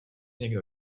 někdo